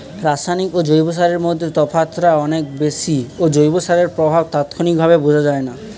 রাসায়নিক ও জৈব সারের মধ্যে তফাৎটা অনেক বেশি ও জৈব সারের প্রভাব তাৎক্ষণিকভাবে বোঝা যায়না